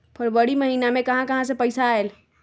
फरवरी महिना मे कहा कहा से पैसा आएल?